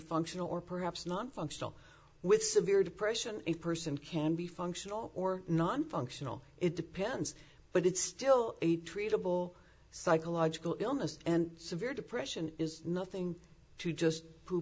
functional or perhaps not functional with severe depression a person can be functional or not functional it depends but it's still a treatable psychological illness and severe depression is nothing to just to